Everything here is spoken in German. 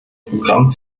programm